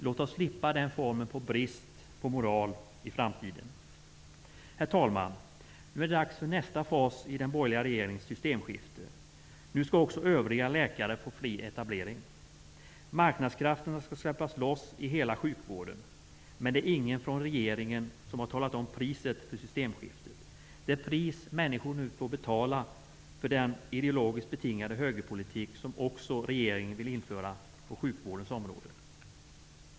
Låt oss slippa den formen av brist på moral i framtiden! Herr talman! Nu är det dags för nästa fas i den borgerliga regeringens systemskifte. Nu skall också övriga läkare få fri etableringsrätt. Marknadskrafterna skall släppas loss i hela sjukvården. Men det är ingen från regeringen som har talat om priset för systemskiftet, det pris människor nu får betala för den ideologiskt betingade högerpolitik som regeringen vill införa också på sjukvårdens område.